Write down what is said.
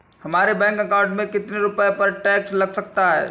हमारे bank account में कितने रुपये पर टैक्स लग सकता है?